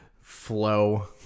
Flow